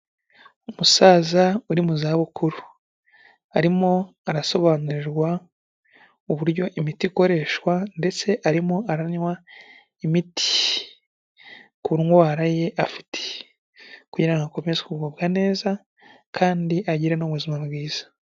Umusaza uri mu zabukuru arimo arasobanurirwa uburyo imiti ikoreshwa ndetse arimo aranywa imiti ku ndwara ye afite kugira ngo akomeze kugubwaneza kandi agire n' ubuzima bwiza.